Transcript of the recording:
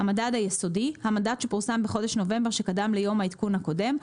"המדד היסודי" המדד שפורסם בחודש נובמבר שקדם ליום העדכון הקודם,